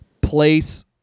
place